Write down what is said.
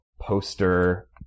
poster